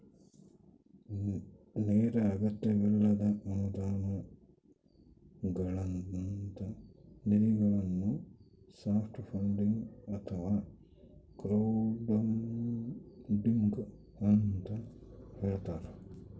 ನೇರ ಅಗತ್ಯವಿಲ್ಲದ ಅನುದಾನಗಳಂತ ನಿಧಿಗಳನ್ನು ಸಾಫ್ಟ್ ಫಂಡಿಂಗ್ ಅಥವಾ ಕ್ರೌಡ್ಫಂಡಿಂಗ ಅಂತ ಹೇಳ್ತಾರ